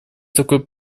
такой